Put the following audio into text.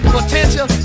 potential